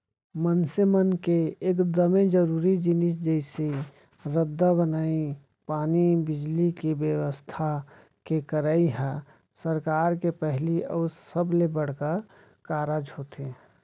मनसे मन के एकदमे जरूरी जिनिस जइसे रद्दा बनई, पानी, बिजली, के बेवस्था के करई ह सरकार के पहिली अउ सबले बड़का कारज होथे